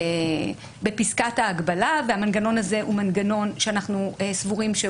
בפסקת ההגבלה והמנגנון הזה הוא מנגנון שאנחנו סבורים שהוא